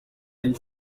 ari